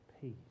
peace